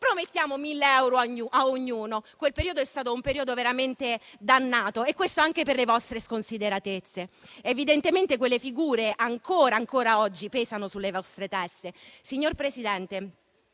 promesso 1.000 euro a ognuno. Quello è stato un periodo veramente dannato, anche per le vostre sconsideratezze. Evidentemente, quelle figure ancora oggi pesano sulle vostre teste. Signor Presidente,